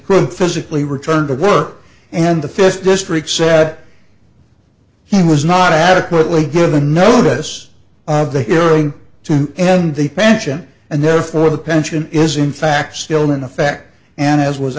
couldn't physically return to work and the first district sat he was not adequately give the notice of the hearing to end the pension and therefore the pension is in fact still in effect and as was